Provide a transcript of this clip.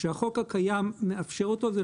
שהחוק הקיים מאפשר אותו.